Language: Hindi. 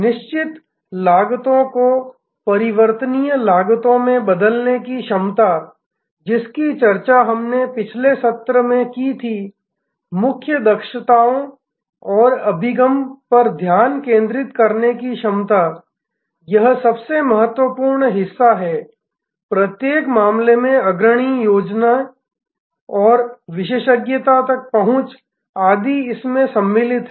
निश्चित लागतों को परिवर्तनीय लागतों में बदलने की क्षमता जिसकी चर्चा हमने पिछले सत्र में की थी मुख्य दक्षताओं और अभिगम पर ध्यान केंद्रित करने की क्षमता यह सबसे महत्वपूर्ण हिस्सा है प्रत्येक मामले में अग्रणी योग्यता और विशेषज्ञता तक पहुंच आदि इसमें सम्मिलित है